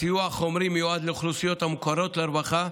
הסיוע החומרי מיועד לאוכלוסיות המוכרות לרווחה,